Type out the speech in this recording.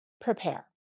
Prepare